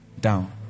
down